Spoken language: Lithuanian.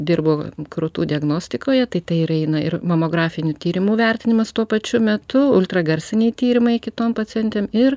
dirbu krūtų diagnostikoje tai tai ir eina ir mamografinių tyrimų vertinimas tuo pačiu metu ultragarsiniai tyrimai kitom pacientėm ir